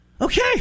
okay